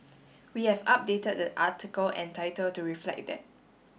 we have updated the article and title to reflect that